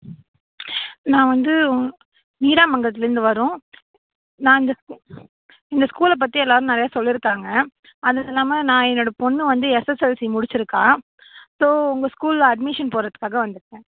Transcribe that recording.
நான் வந்து ஒங் நீடாமங்கலத்துலருந்து வரோம் நான் அந்த ஸ்கூ இந்த ஸ்கூலில் பற்றி எல்லாரும் நிறைய சொல்லியிருக்காங்க அதுவும் இல்லாமல் நான் என்னோட பொண்ணு வந்து எஸ்எஸ்எல்சி முடிச்சியிருக்கா ஸோ உங்கள் ஸ்கூலில் அட்மிஷன் போட்டுறதுக்காக வந்துயிருக்கேன்